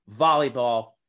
volleyball